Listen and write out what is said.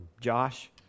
Josh